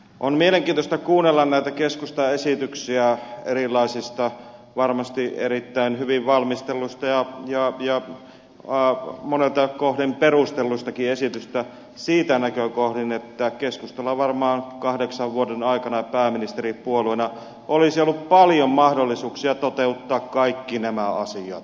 on mielenkiintoista kuunnella näitä keskustan esityksiä erilaisista varmasti erittäin hyvin valmistelluista ja monelta kohden perustelluistakin esityksistä siitä näkökohdin että keskustalla varmaan kahdeksan vuoden aikana pääministeripuolueena olisi ollut paljon mahdollisuuksia toteuttaa kaikki nämä asiat